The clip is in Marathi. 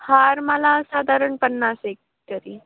हार मला साधारण पन्नास एक तरी